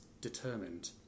determined